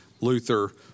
Luther